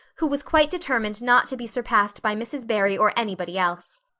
who was quite determined not to be surpassed by mrs. barry or anybody else.